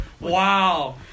Wow